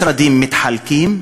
משרדים מתחלקים.